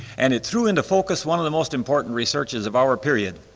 and it threw into focus one of the most important researches of our period,